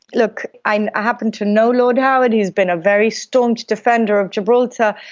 look, i happen to know lord howard, he has been a very staunch defender of gibraltar,